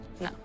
No